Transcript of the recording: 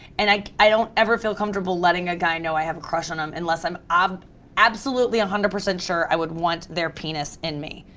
and i i don't ever feel comfortable letting a guy know i have a crush on him unless i'm um absolutely one hundred percent sure i would want their penis in me.